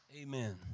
Amen